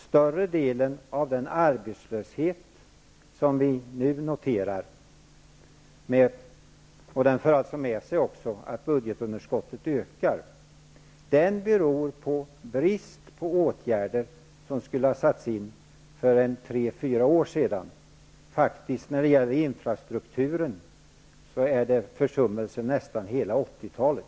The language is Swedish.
Större delen av den arbetslöshet som vi nu noterar för med sig att budgetunderskottet ökar, och den beror på att man för tre, fyra år sedan inte vidtog åtgärder som då borde ha satts in. När det gäller infrastrukturen är det faktiskt fråga om försummelser under nästan hela 80-talet.